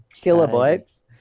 kilobytes